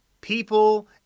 people